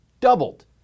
doubled